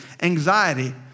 anxiety